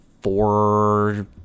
four